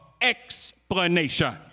explanation